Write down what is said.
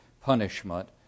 punishment